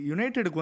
United